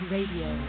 Radio